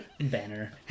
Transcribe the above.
Banner